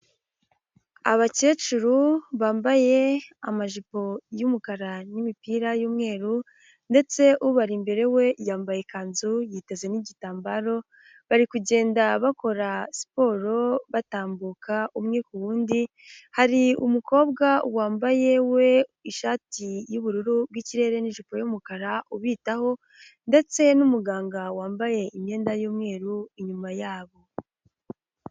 Abakecuru bambaye amajipo y'umukara n'imipira y'umweru, ndetse ubari imbere we yambaye ikanzu yiteze n'igitambaro, bari kugenda bakora siporo batambuka umwe kuwundi, hari umukobwa wambaye we ishati y'ubururu bw'ikirere n'ijipo y'umukara ubitaho, ndetse n'umuganga wambaye imyenda y'umweru inyuma yabo.